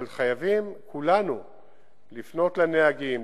אבל כולנו חייבים לפנות לנהגים,